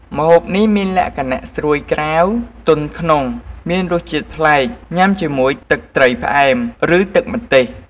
ម្ហូបនេះមានលក្ខណៈស្រួយក្រៅ ទន់ក្នុង មានរសជាតិប្លែក ញ៉ាំជាមួយទឹកត្រីផ្អែម ឬទឹកម្ទេស។